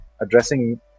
addressing